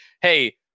hey